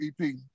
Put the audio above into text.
EP